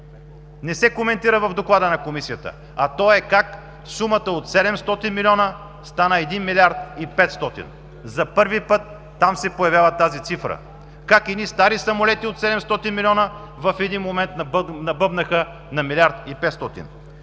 не се коментира в Доклада на Комисията, а той е: как сумата от 700 млн. стана 1 млрд. 500?! За първи път там се появява тази цифра! Как едни стари самолети от 700 млн. в един момент набъбнаха на милиард и